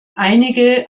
einige